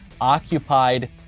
occupied